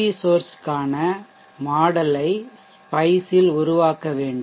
we சோர்ஷ் க்கான மாதிரிமாடல்யை ஸ்பைஷ் இல் உருவாக்க வேண்டும்